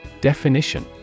Definition